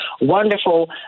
wonderful